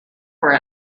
for